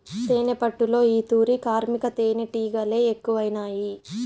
తేనెపట్టులో ఈ తూరి కార్మిక తేనీటిగలె ఎక్కువైనాయి